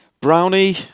brownie